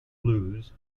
blues